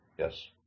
Yes